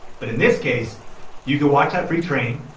but in this case you can watch that free training.